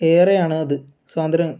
ഏറെയാണ് അത് സ്വാതന്ത്ര്യം